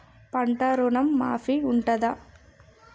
పంట ఋణం మాఫీ ఉంటదా?